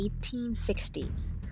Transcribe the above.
1860s